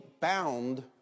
bound